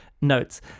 notes